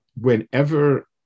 whenever